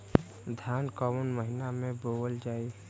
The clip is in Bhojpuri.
धान कवन महिना में बोवल जाई?